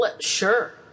Sure